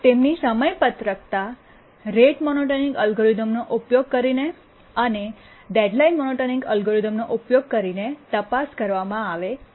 તેમની સમયપત્રકતા rate monotonic એલ્ગોરિધમનો ઉપયોગ કરીને અને ડેડલાઈન મોનોટોનિક એલ્ગોરિધમનો ઉપયોગ કરીને તપાસવામાં આવે છે